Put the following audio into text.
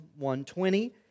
120